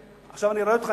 עכשיו אני רואה אותך,